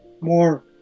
more